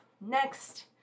Next